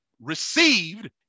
received